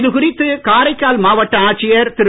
இது குறித்து காரைக்கால் மாவட்ட ஆட்சியர் திரு